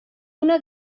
una